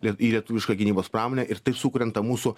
liet į lietuvišką gynybos pramonę ir taip sukrenta mūsų